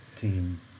team